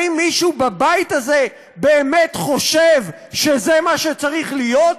האם מישהו בבית הזה באמת חושב שזה מה שצריך להיות?